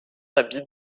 habite